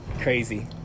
crazy